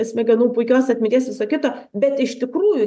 smegenų puikios atminties visa kita bet iš tikrųjų